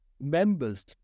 members